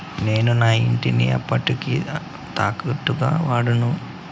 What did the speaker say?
నేను నా ఇంటిని అప్పుకి తాకట్టుగా వాడాను